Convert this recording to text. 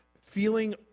feeling